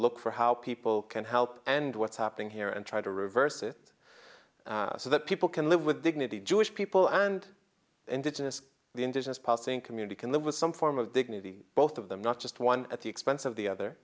look for how people can help and what's happening here and try to reverse it so that people can live with dignity jewish people and indigenous the indigenous passing community can live with some form of dignity both of them not just one at the expense of the other